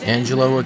Angelo